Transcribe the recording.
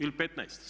Ili 15.